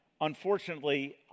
unfortunately